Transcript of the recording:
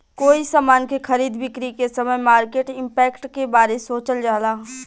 कोई समान के खरीद बिक्री के समय मार्केट इंपैक्ट के बारे सोचल जाला